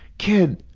kid,